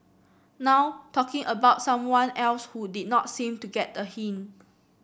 now talking about someone else who did not seem to get a hint